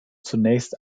zunächst